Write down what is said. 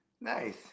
Nice